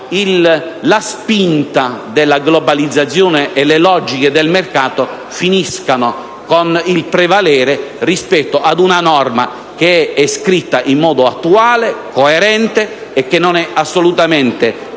la spinta della globalizzazione e le logiche del mercato finiscano con il prevalere rispetto ad una norma che è scritta in modo attuale e coerente e che non è assolutamente antitetica